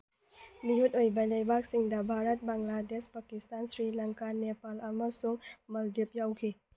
ꯃꯤꯍꯨꯠ ꯑꯣꯏꯕ ꯂꯩꯕꯥꯛꯁꯤꯡꯗ ꯚꯥꯔꯠ ꯕꯪꯒ꯭ꯂꯥꯗꯦꯁ ꯄꯥꯀꯤꯁꯇꯥꯟ ꯁ꯭ꯔꯤ ꯂꯪꯀꯥ ꯅꯦꯄꯥꯜ ꯑꯃꯁꯨꯡ ꯃꯥꯜꯗꯤꯞꯁ ꯌꯥꯎꯈꯤ